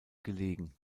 gelegen